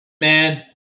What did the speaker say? Man